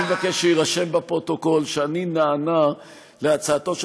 אני מבקש שיירשם בפרוטוקול שאני נענה להצעתו של